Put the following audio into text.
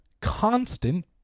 Constant